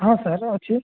ହଁ ସାର୍ ଅଛି